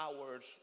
hours